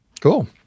Cool